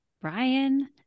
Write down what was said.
Brian